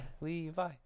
Levi